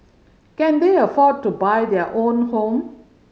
can they afford to buy their own home